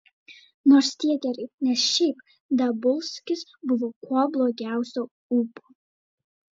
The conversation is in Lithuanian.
nors tiek gerai nes šiaip dabulskis buvo kuo blogiausio ūpo